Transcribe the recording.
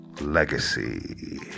Legacy